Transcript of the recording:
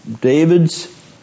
David's